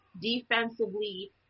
defensively